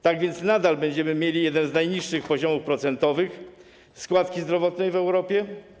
Tak więc nadal będziemy mieli jeden z najniższych poziomów procentowych składki zdrowotnej w Europie.